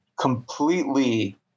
completely –